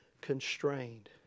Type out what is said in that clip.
constrained